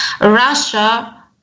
Russia